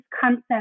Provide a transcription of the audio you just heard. concept